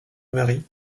marie